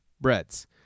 Breads